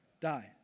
die